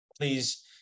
please